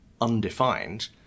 undefined